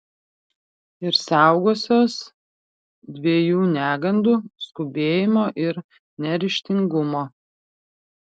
ir saugosiuos dviejų negandų skubėjimo ir neryžtingumo